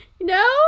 No